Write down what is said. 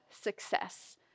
success